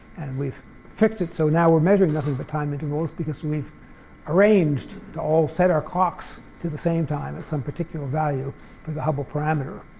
we've fixed it so now we're measuring nothing but time intervals because we've arranged to all set our clocks to the same time at some particular value to the hubble parameter.